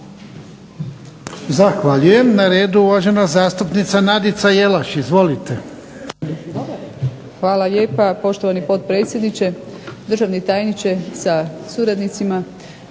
Zahvaljujem. Na redu je uvažena zastupnica Nadica Jelaš. Izvolite. **Jelaš, Nadica (SDP)** Hvala lijepa. Poštovani potpredsjedniče, državni tajniče sa suradnicima,